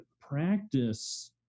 practice